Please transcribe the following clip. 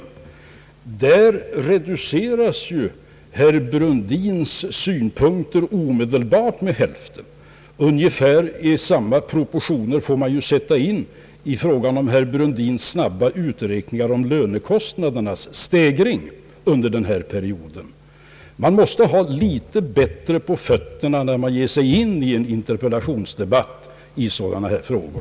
Därmed reduceras ju herr Brundins siffror omedelbart till hälften. Ungefär samma proportioner får man tillämpa i fråga om herr Brundins snabba uträkningar beträffande lönekostnadernas stegring under den här perioden. Man måste nog ha litet bättre på fötterna när man ger sig in i en interpellationsdebatt om sådana här frågor.